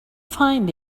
find